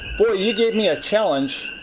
boy, you gave me a challenge!